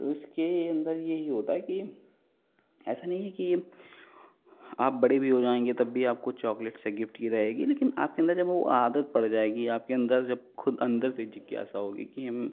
तो इसके अंदर यही होता है कि ऐसा नहीं है कि आप बड़े भी हो जाएंगे तब भी आपको चॉकलेट्स या गिफ्ट ही रहेगी लेकिन आपके अंदर जब वह आदत पड़ जाएगी आपके अंदर जब खुद अंदर तक जिज्ञासा होगी कि हम